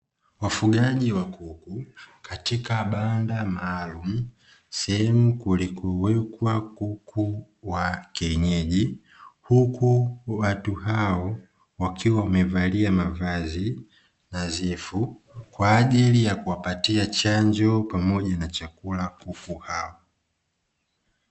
Wafugaji wa kuku katika banda maalumu sehemu kulikowekwa kuku wa kienyeji. Huku watu hao wakiwa wamevalia mavazi nadhifu kwa ajili ya kuwapatia chanjo pamoja na chakula kuku hao.